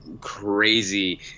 crazy